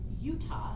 Utah